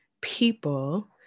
people